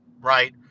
right